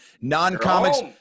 non-comics